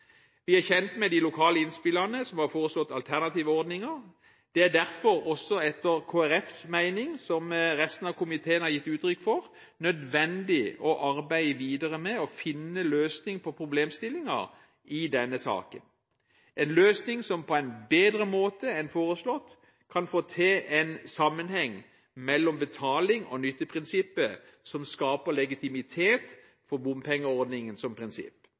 Vi er kjent med de lokale innspillene der det er foreslått alternative ordninger. Det er derfor etter Kristelig Folkepartis mening nødvendig, noe som resten av komiteen også har gitt uttrykk for, å arbeide videre med å finne en løsning på problemstillingen i denne saken – en løsning som på en bedre måte enn foreslått kan få til en sammenheng mellom betaling og nytteprinsippet, og som skaper legitimitet for bompengeordningen som prinsipp.